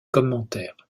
commentaires